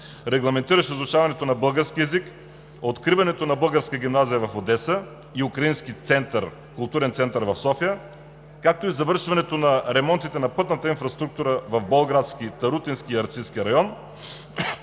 регламентиращ изучаването на български език; откриването на Българска гимназия в Одеса и Украински културен център в София, както и завършване на ремонтите на пътната инфраструктура в Болградски, Тарутински и Арцизки район.